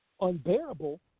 unbearable